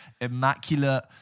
immaculate